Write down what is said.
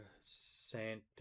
Santa